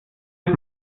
mal